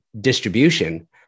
distribution